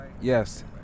Yes